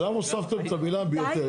למה הוספתם את המילה "ביותר"?